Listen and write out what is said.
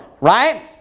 Right